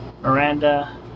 Miranda